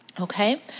okay